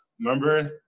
remember